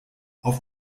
auf